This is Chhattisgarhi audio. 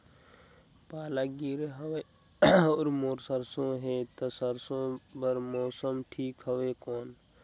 पाला गिरे हवय अउर मोर सरसो हे ता सरसो बार मौसम ठीक हवे कौन?